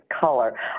color